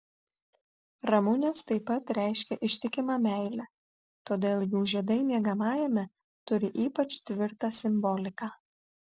ramunės taip pat reiškia ištikimą meilę todėl jų žiedai miegamajame turi ypač tvirtą simboliką